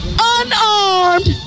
unarmed